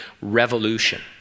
revolution